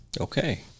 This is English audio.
Okay